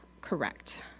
correct